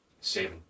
Seven